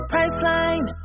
Priceline